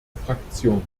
fraktion